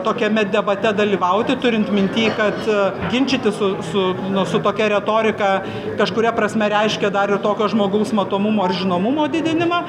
tokiame debate dalyvauti turint minty kad ginčytis su su nu su tokia retorika kažkuria prasme reiškia dar ir tokio žmogaus matomumo ir žinomumo didinimą